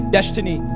Destiny